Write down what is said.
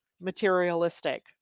materialistic